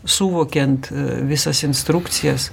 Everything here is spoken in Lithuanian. suvokiant visas instrukcijas